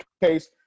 case